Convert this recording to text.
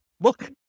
look